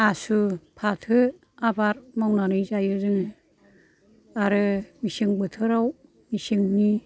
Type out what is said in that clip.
आसु फाथो आबाद मावनानै जायो जोङो आरो मेसें बोथोराव मेसेंनि